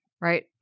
right